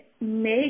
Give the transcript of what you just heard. make